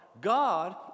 god